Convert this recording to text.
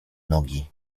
nogi